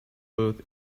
both